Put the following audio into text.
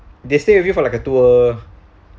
they stay with you for like a tour